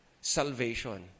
salvation